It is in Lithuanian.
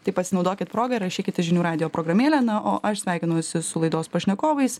tai pasinaudokit proga rašykit į žinių radijo programėlę na o aš sveikinuosi su laidos pašnekovais